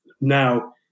now